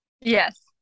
Yes